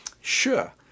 Sure